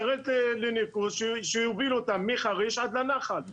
צריך להניח שם צנרת לניקוז שתוביל את המים מחריש עד לנחל.